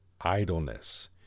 idleness